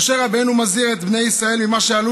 משה רבנו מזהיר את בני ישראל ממה שעלול